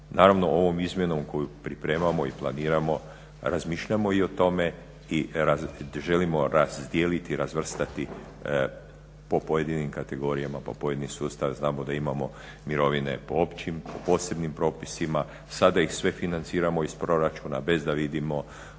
Naravno ovom izmjenom koju pripremamo, i planiramo razmišljamo, i o tome i želimo razdijeliti i razvrstati po pojedinim kategorijama, po pojedinim sustavima. Znamo da imao mirovine po općim, po posebnim propisima. Sada ih sve financiramo iz proračuna bez da vidimo